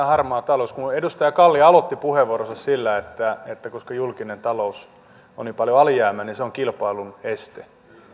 harmaa talous edustaja kalli aloitti puheenvuoronsa sillä että että koska julkinen talous on niin paljon alijäämäinen niin se on kilpailun este